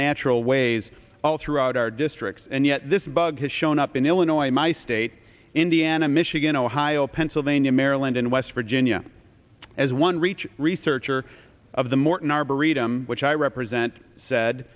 natural ways all throughout our districts and yet this bug has shown up in illinois in my state indiana michigan ohio pennsylvania maryland and west virginia as one reach researcher of the morton arboretum which i represent said